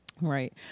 right